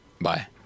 Bye